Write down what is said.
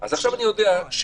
אז עכשיו אני יודע שפקח,